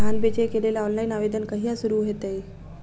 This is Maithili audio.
धान बेचै केँ लेल ऑनलाइन आवेदन कहिया शुरू हेतइ?